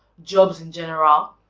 jobs in general